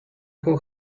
who